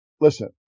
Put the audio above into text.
listen